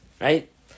right